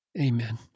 Amen